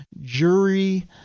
Jury